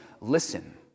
Listen